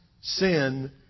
sin